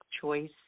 choice